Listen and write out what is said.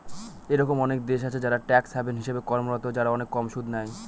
এরকম অনেক দেশ আছে যারা ট্যাক্স হ্যাভেন হিসেবে কর্মরত, যারা অনেক কম সুদ নেয়